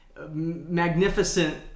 magnificent